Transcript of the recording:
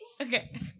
Okay